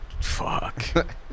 Fuck